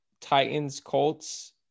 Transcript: Titans-Colts